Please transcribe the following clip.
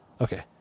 Okay